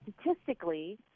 statistically